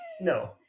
No